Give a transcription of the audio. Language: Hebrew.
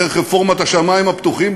דרך רפורמת השמים הפתוחים,